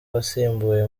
wasimbuye